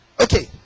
Okay